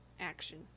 action